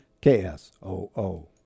K-S-O-O